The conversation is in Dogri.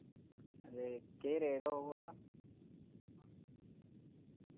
ते केह् रेट होग ओह्दा